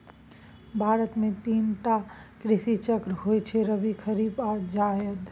भारत मे तीन टा कृषि चक्र होइ छै रबी, खरीफ आ जाएद